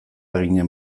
ginen